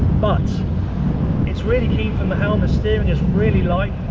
but it's really keen from the helm, the steering is really light,